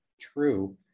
true